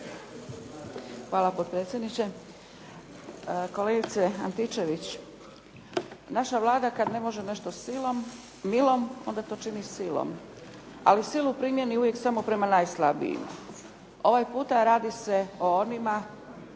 Hvala potpredsjedniče. Kolegice Antičević, naša Vlada kad ne može nešto milom onda to čini silom, ali silu primijeni uvijek prema najslabijima. Ovaj puta radi se o onima